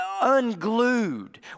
unglued